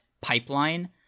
pipeline